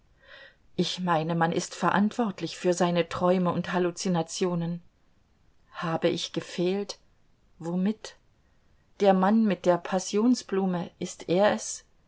ich meine man ist verantwortlich für seine träume und halluzinationen habe ich gefehlt womit der mann mit der passionsblume ist er es